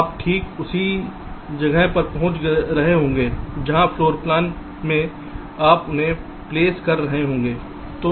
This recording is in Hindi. तो आप ठीक उसी जगह पर पहुंच रहे होंगे जहां फ्लोर प्लान में आप उन्हें प्लेस कर रहे होंगे